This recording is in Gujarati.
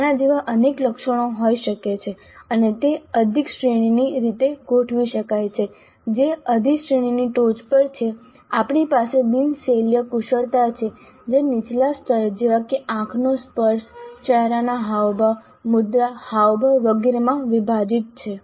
આના જેવા અનેક લક્ષણો હોઈ શકે છે અને તે અધિશ્રેણિકની રીતે ગોઠવી શકાય છે જે અધિશ્રેણિની ટોચ પર છે આપણી પાસે બિનશૈલીય કુશળતા છે જે નીચલા સ્તર જેવા કે આંખનો સંપર્ક ચહેરાના હાવભાવ મુદ્રા હાવભાવ વગેરેમાં વિભાજિત છે